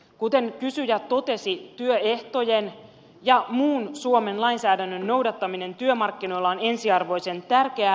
kuten kysyjä totesi työehtojen ja muun suomen lainsäädännön noudattaminen työmarkkinoilla on ensiarvoisen tärkeää